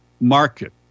Market